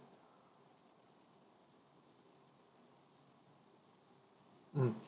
mm